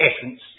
essence